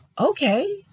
okay